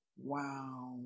Wow